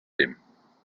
him